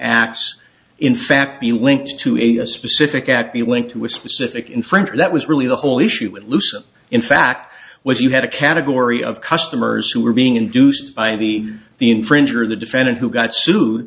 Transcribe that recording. acts in fact be linked to a specific act be linked to a specific infringer that was really the whole issue when in fact was you had a category of customers who were being induced by the the infringer the defendant who got sued